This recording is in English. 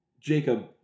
Jacob